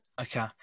Okay